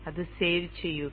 അത് സേവ് ചെയ്യുക